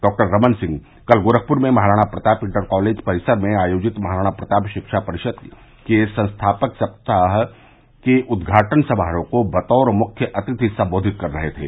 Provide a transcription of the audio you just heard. डॉ रमन सिंह कल गोरखपुर में महाराणा प्रताप इंटर कालेज परिसर में आयोजित महाराणा प्रताप शिक्षा परिषद के संस्थापक सप्ताह समारोह के उदघाटन समारोह को बतौर मुख्य अतिथि संबोधित कर रहे थे